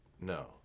no